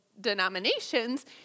denominations